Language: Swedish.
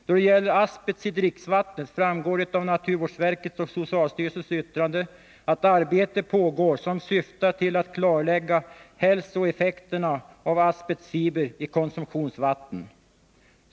Då det gäller asbest i dricksvatten framgår det av naturvårdsverkets och socialstyrelsens yttranden att arbete pågår som syftar till att klarlägga hälsoeffekterna av asbestfibrer i konsumtionsvatten.